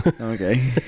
Okay